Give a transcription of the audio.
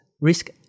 risk